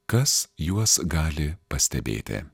kas juos gali pastebėti